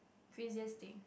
craziest thing